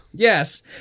Yes